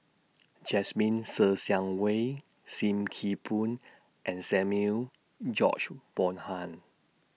Jasmine Ser Xiang Wei SIM Kee Boon and Samuel George Bonham